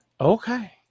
Okay